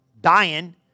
dying